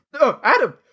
Adam